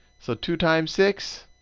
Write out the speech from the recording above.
so two times six.